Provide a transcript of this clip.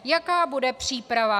Jaká bude příprava?